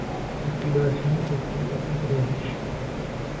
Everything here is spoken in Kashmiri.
تٔتی باسٮ۪و مےٚ تٔتی ووٚتھُس ریٚہہ ہِش